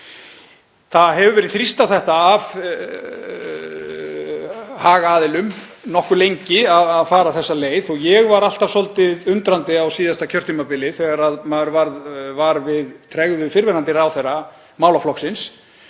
það hefur verið þrýst af hagaðilum nokkuð lengi að fara þessa leið. Ég var alltaf svolítið undrandi á síðasta kjörtímabili þegar ég varð var við tregðu fyrrverandi ráðherra málaflokksins